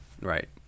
Right